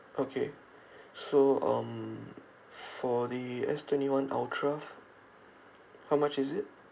okay so um for the S twenty one ultra how much is it